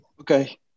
Okay